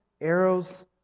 arrows